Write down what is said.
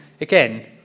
again